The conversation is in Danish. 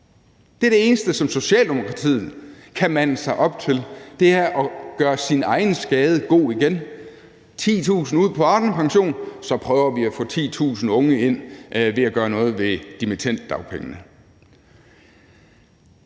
Det er det eneste, som Socialdemokratiet kan mande sig op til, altså at gøre sin egen skade god igen – 10.000 ud på Arnepension, så prøver vi at få 10.000 unge ind ved at gøre noget ved dimittenddagpengene.